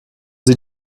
sie